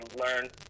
learn